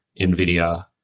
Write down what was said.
NVIDIA